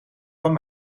van